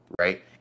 right